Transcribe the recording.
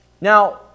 Now